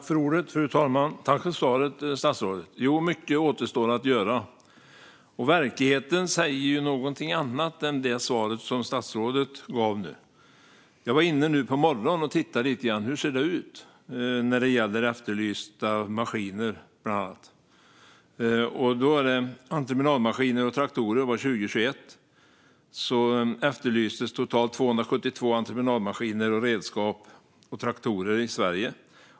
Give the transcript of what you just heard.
Fru talman! Jag tackar statsrådet för svaret. Ja, mycket återstår att göra, och verkligheten säger något annat än statsrådets svar. I morse tittade jag hur det ser ut när det gäller efterlysta maskiner. År 2021 efterlystes totalt 272 entreprenadmaskiner, redskap och traktorer i Sverige.